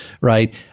right